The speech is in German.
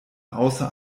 außer